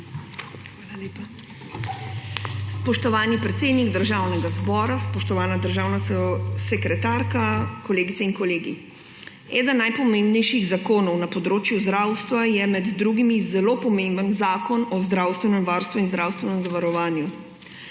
(PS NSi):** Spoštovani predsednik Državnega zbora, spoštovana državna sekretarka, kolegice in kolegi! Eden najpomembnejših zakonov na področju zdravstva je med drugimi zelo pomemben Zakon o zdravstvenem varstvu in zdravstvenem zavarovanju.